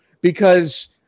because-